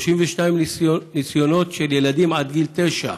32 ניסיונות של ילדים עד גיל תשע.